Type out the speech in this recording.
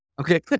Okay